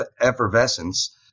effervescence